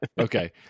okay